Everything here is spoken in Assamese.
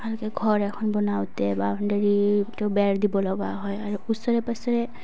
ভালকে ঘৰ এখন বনাওঁতে বা বেৰ দিব লগা হয় আৰু ওচৰে পাঁজৰে